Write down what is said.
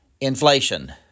inflation